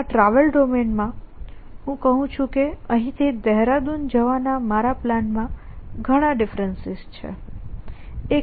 આ travel domain માં હું કહું છું કે અહીંથી દહેરાદૂન જવાના મારા પ્લાનમાં ઘણા ડિફરેન્સિસ છે